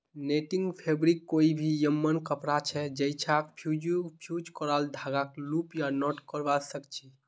netting fabric कोई भी यममन कपड़ा छ जैइछा फ़्यूज़ क्राल धागाक लूप या नॉट करव सक छी